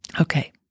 Okay